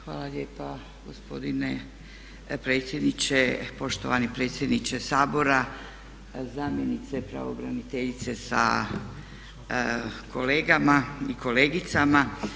Hvala lijepa gospodine predsjedniče, poštovani predsjedniče Sabora, zamjenice pravobraniteljice sa kolegama i kolegicama.